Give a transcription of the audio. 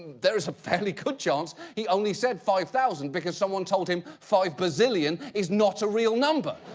there is a fairly good chance he only said five thousand because someone told him five bazillion is not a real number.